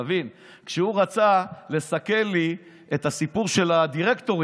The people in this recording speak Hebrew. תבין, כשהוא רצה לסכל לי את הסיפור של הדירקטורים